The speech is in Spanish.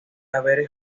haber